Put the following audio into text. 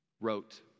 wrote